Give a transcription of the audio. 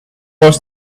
was